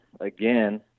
again